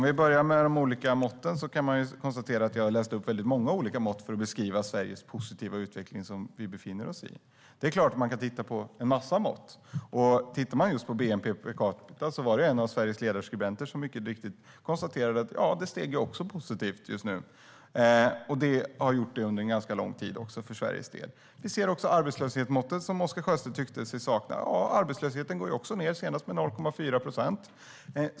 Herr talman! Jag läste upp väldigt många olika mått för att beskriva Sveriges positiva utveckling. Det är klart att man kan titta på olika mått, och när det gäller bnp per capita var det en av Sveriges ledarskribenter som mycket riktigt konstaterade att det steg också positivt. För Sveriges del har det gjort det under en ganska lång tid. Oscar Sjöstedt tyckte sig sakna arbetslöshetsmåttet. Ja, arbetslösheten går ju också ned, senast med 0,4 procent.